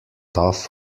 tough